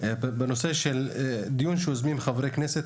בנושא של דיון שיוזמים חברי כנסת.